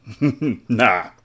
Nah